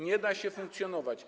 Nie da się funkcjonować.